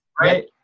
Right